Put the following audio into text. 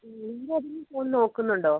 ഇന്നേതെങ്കിലും phone നോക്കുന്നുണ്ടോ